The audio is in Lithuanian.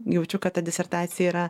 jaučiu kad ta disertacija yra